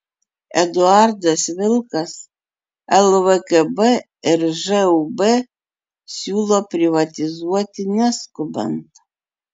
eduardas vilkas lvkb ir žūb siūlo privatizuoti neskubant